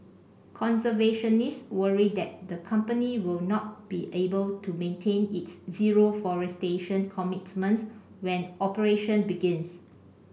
conservationists worry that the company will not be able to maintain its zero forestation commitment when operation begins